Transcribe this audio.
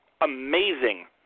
amazing